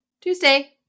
Tuesday